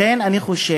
לכן אני חושב